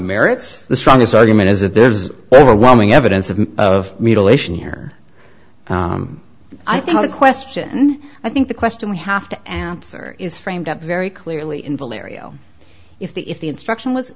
merits the strongest argument is that there's overwhelming evidence of of mutilation here i think the question i think the question we have to answer is framed up very clearly and valerio if the if the instruction was